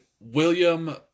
William